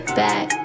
back